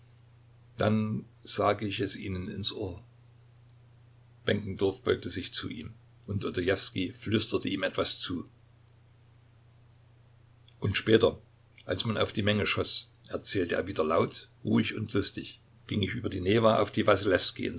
dann sage ich es ihnen ins ohr benkendorf beugte sich zu ihm und odojewskij flüsterte ihm etwas zu und später als man auf die menge schoß erzählte er wieder laut ruhig und lustig ging ich über die newa auf die